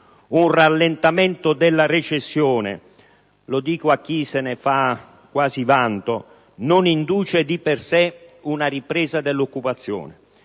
Un rallentamento della recessione - mi rivolgo a chi se ne fa quasi vanto - non induce di per sé una ripresa dell'occupazione!